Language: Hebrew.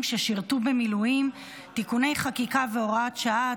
ששירתו במילואים (תיקוני חקיקה והוראת שעה),